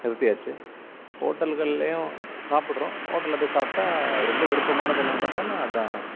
நிறுத்தியாச்சு ஹோட்டல்கள்லேயும் சாப்பிடுறோம் ஹோட்டலில் போய் சாப்பிட்டா ரொம்ப விருப்பமானது என்னென்று பார்த்தோன்னா அதுதான்